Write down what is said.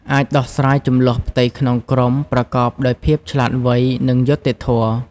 អាចដោះស្រាយជម្លោះផ្ទៃក្នុងក្រុមប្រកបដោយភាពឆ្លាតវៃ និងយុត្តិធម៌។